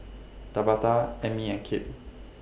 Tabatha Amie and Kipp